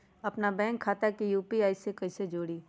अपना बैंक खाता के यू.पी.आई से कईसे जोड़ी?